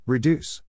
Reduce